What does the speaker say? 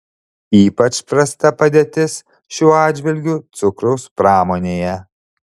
ypač prasta padėtis šiuo atžvilgiu cukraus pramonėje